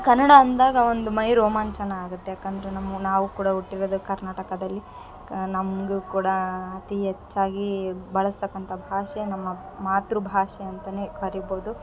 ಕನ್ನಡ ಅಂದಾಗ ಒಂದು ಮೈ ರೋಮಾಂಚನ ಆಗುತ್ತೆ ಯಾಕಂದರೆ ನಮ್ಮ ನಾವು ಕೂಡ ಹುಟ್ಟಿರೋದು ಕರ್ನಾಟಕದಲ್ಲಿ ನಮಗು ಕೂಡ ಅತಿ ಹೆಚ್ಚಾಗಿ ಬಳಸ್ತಕ್ಕಂಥ ಭಾಷೆ ನಮ್ಮ ಮಾತೃ ಭಾಷೆ ಅಂತಾ ಕರಿಬೌದು